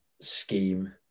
scheme